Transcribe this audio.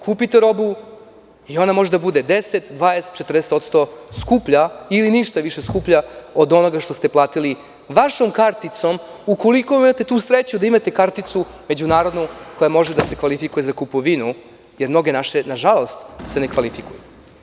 Kupite robu i ona može biti 10, 20, 40% skuplja ili ništa više skuplja od onoga što ste platili vašom karticom, ukoliko imate sreću da imate međunarodnu karticu koja može da se kvalifikuje za kupovinu, jer mnoge naše se ne kvalifikuju.